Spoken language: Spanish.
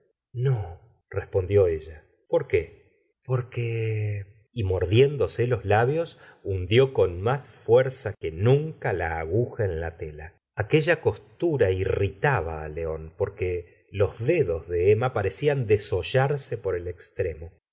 lo renueve norespondió ella porqué porque y mordiéndose los labios hundió con más fuerza que nunca la aguja en la tela aquella costura irritaba león porque los dedos de emma parecían desollarse por el extremo